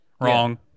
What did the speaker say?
Wrong